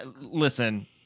listen